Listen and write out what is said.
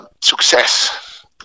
success